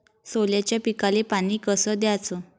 सोल्याच्या पिकाले पानी कस द्याचं?